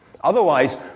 Otherwise